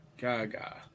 Gaga